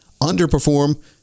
underperform